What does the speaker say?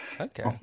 Okay